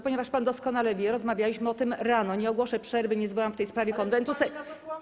ponieważ pan doskonale wie, rozmawialiśmy o tym rano, nie ogłoszę przerwy, nie zwołam w tej sprawie Konwentu Seniorów.